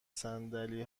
صندلی